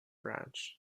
ranch